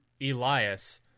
Elias